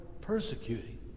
persecuting